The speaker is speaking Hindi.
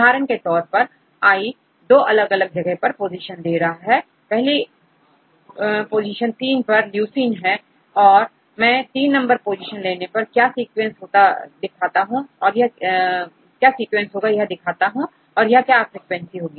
उदाहरण के तौर पर I दो अलग अलग पोजीशन देता है पोजीशन नंबर 3 पर leucine है यह मैं तीन नंबर पोजीशन लेने पर क्या सीक्वेंस होगा दिखाता हूं यहां क्या फ्रीक्वेंसी होगी